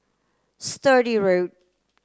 Sturdee Road